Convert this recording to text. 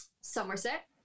Somerset